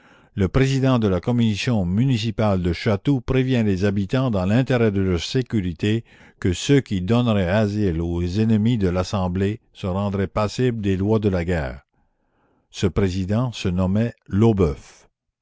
le président de la commission municipale de chatou prévient les habitants dans l'intérêt de leur sécurité que ceux qui donneraient asile aux ennemis de l'assemblée se rendraient passibles des lois de la guerre ce président se nommait laubeuf